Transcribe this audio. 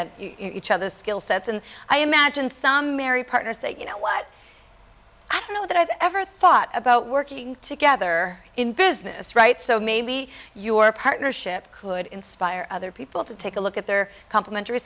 at each other skill sets and i imagine some mary partners say you know what i don't know that i've ever thought about working together in business right so maybe your partnership could inspire other people to take a look at their complementary